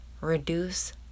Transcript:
reduce